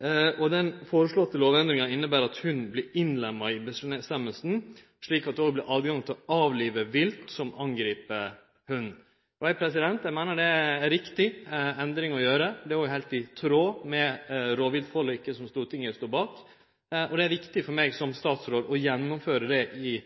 Den føreslegne lovendringa inneber at hund vert innlemma i føresegna, slik at det òg vert tilgjenge til å avlive vilt som angrip hund. Eg meiner det er ei riktig endring å gjere. Det er òg heilt i tråd med rovviltforliket som Stortinget står bak. Det er viktig for meg som statsråd å gjennomføre det i